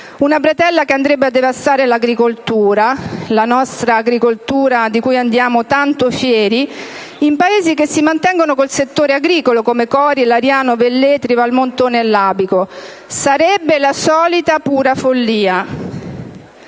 una bretella che andrebbe a devastare l'agricoltura, la nostra agricoltura di cui andiamo tanto fieri, in paesi che si mantengono con il settore agricolo, come Cori, Lariano, Velletri, Valmontone e Labico. Sarebbe la solita pura follia!